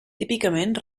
típicament